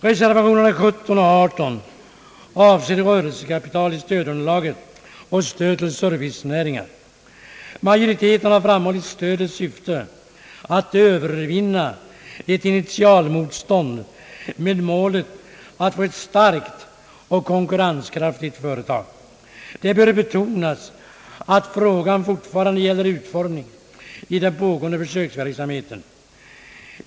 Reservationerna 17 och 18 avser rörelsekapital i stödunderlaget och stöd till servicenäringar. Majoriteten har framhållit stödets syfte — att övervinna ett initialmotstånd med målet att få ett starkt och konkurrenskraftigt företag. Det bör betonas att frågan fortfarande gäller utformningen i den pågående försöksverksamheten.